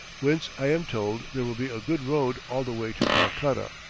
whence, i am told, there will be a good road all the way to calcutta.